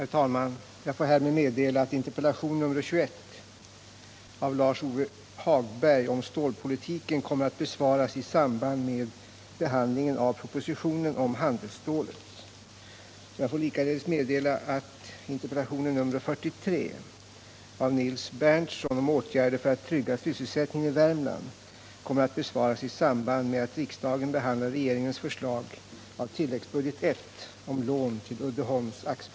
Herr talman! Jag får härmed meddela att interpellation nr 21 av Lars Ove Hagberg om stålpolitiken kommer att besvaras i samband med behandlingen av propositionen om handelsstålet. Jag får likaledes meddela att interpellationen nr 43 av Nils Berndtson om åtgärder för att trygga sysselsättningen i Värmland kommer att besvaras i samband med att riksdagen behandlar regeringens förslag under tilläggsbudget I om lån till Uddeholms AB.